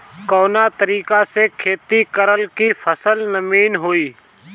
कवना तरीका से खेती करल की फसल नीमन होई?